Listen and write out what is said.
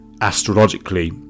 astrologically